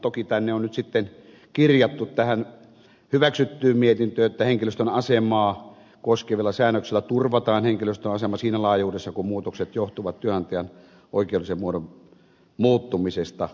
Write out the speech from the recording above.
toki tähän hyväksyttyyn mietintöön on nyt sitten kirjattu että henkilöstön asemaa koskevilla säännöksillä turvataan henkilöstön asema siinä laajuudessa kun muutokset johtuvat työnantajan oikeudellisen muodon muuttumisesta